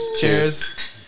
Cheers